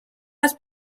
has